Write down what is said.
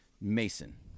Mason